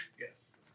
Yes